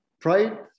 Pride